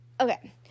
Okay